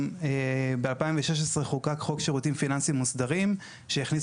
גם ב-2016 חוקק חוק שירותים פיננסיים מוסדרים שהכניס